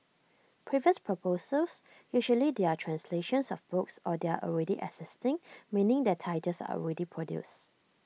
previous proposals usually they are translations of books or they are already existing meaning their titles are already produced